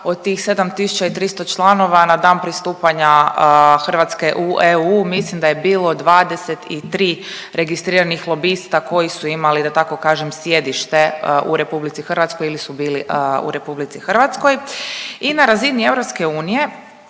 Od tih 7.300 članova na dan pristupanja Hrvatske u EU mislim da je bilo 23 registriranih lobista koji su imali da tako kažem sjedište u RH ili su bili u RH i na razini EU